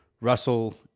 Russell